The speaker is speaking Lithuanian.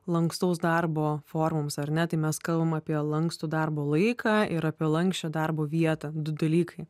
lankstaus darbo formoms ar ne tai mes kalbam apie lankstų darbo laiką ir apie lanksčią darbo vietą du dalykai